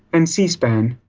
and c-span.